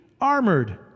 armored